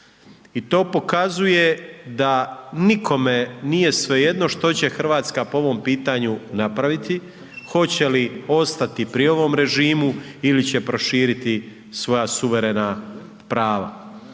I to pokazuje da nikome nije svejedno što će Hrvatska po ovom pitanju napraviti, hoće li ostati pri ovom režimu ili će proširiti svoja suverena prava.